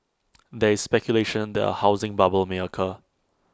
there is speculation that A housing bubble may occur